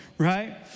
Right